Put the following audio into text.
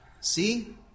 see